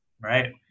Right